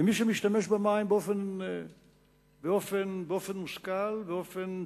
ממי שמשתמש במים באופן מושכל, באופן צנוע,